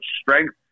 strength